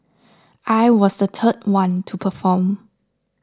I was the third one to perform